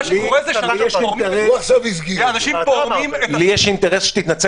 אבל --- אלי --- מה שקורה זה --- לי יש אינטרס שתתנצל